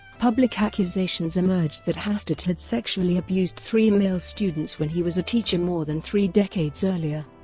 public accusations emerged that hastert had sexually abused three male students when he was a teacher more than three decades earlier.